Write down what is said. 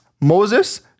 Moses